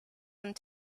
and